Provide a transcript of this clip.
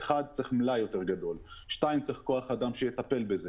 צריך מלאי יותר גדול, צריך כוח אדם שיטפל בזה.